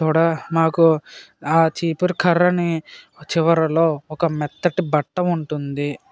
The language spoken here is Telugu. తుడ నాకు ఆ చీపురు కర్రని చివరలో ఒక మెత్తటి బట్ట ఉంటుంది